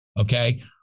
Okay